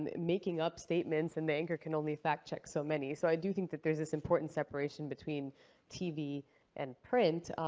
making up statements and the anchor can only fact check so many. so i do think that there is this important separation between tv and print.